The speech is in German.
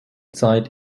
zeit